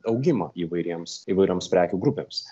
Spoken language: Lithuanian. augimą įvairiems įvairioms prekių grupėms